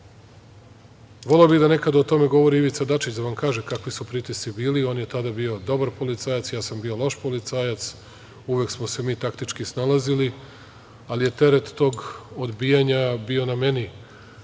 UN.Voleo bih da nekada o tome govori i Ivica Dačić, da vam kaže kakvi su pritisci bili, on je tada bio dobar policajac, ja sam bio loš policajac, uvek smo se mi taktički snalazili, ali je teret tog odbijanja bio na meni,